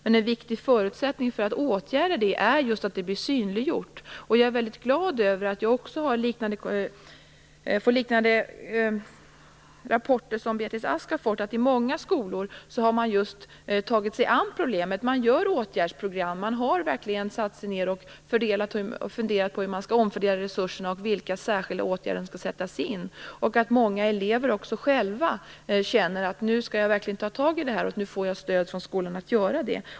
Men en viktig förutsättning för att kunna åtgärda det är just att det blir synliggjort. Jag är mycket glad över att jag också får liknande rapporter som Beatrice Ask har fått. I många skolor har man just tagit sig an problemet. Man skapar åtgärdsprogram. Man har verkligen satt sig ned och funderat på hur man skall omfördela resurserna och vilka särskilda åtgärder som skall sättas in. Många elever känner också själva att de verkligen skall ta tag i problemet och att de nu får stöd från skolan att göra det.